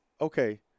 Okay